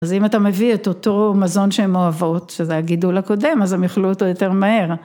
‫אז אם אתה מביא את אותו ‫מזון שהן אוהבות, ‫שזה הגידול הקודם, ‫אז הם יאכלו אותו יותר מהר.